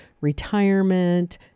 retirement